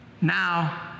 Now